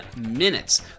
minutes